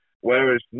whereas